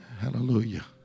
Hallelujah